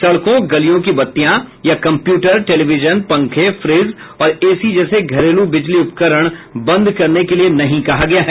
सड़कों गलियों की बत्तियां या कंप्यूटर टेलीविजन पंखे फ्रिज और एसी जैसे घरेलू बिजली उपकरण बंद करने के लिए नहीं कहा गया है